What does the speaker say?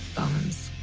bombs,